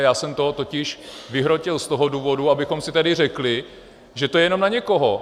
Já jsem to totiž vyhrotil z toho důvodu, abychom si tady řekli, že to je jenom na někoho.